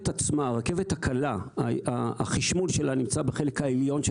החשמול של הרכבת הקלה עצמה נמצא בחלק העליון של